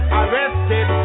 arrested